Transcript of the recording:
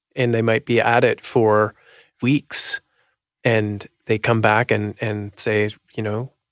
and they might be at it for weeks and they come back and and say, you know,